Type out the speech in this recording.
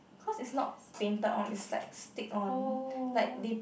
cause it's not painted on it's like stick on like they